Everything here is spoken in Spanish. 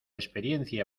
experiencia